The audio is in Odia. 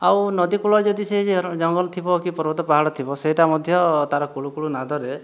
ଆଉ ନଦୀକୂଳରେ ଯଦି ସେ ଜଙ୍ଗଲ ଥିବ କି ପର୍ବତ ପାହାଡ଼ ଥିବ ସେହିଟା ମଧ୍ୟ ତାର କୁଳୁକୁଳୁ ନାଦରେ